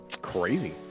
Crazy